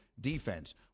defense